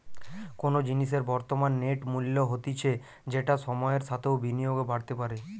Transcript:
কোনো জিনিসের বর্তমান নেট মূল্য হতিছে যেটা সময়ের সাথেও বিনিয়োগে বাড়তে পারে